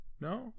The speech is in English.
No